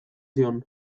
zion